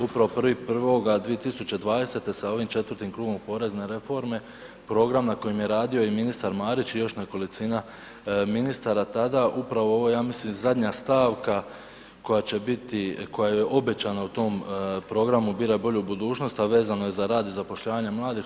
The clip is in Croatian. Upravo 1.1.2020. sa ovim četvrtim krugom porezne reforme, program na kojem je radio i ministar Marić i još nekolicina ministara tada, upravo je ovo ja mislim zadnja stavka koja će biti, koja je obećana u tom programu Biraj bolju budućnost, a vezano je za rad i zapošljavanje mladih.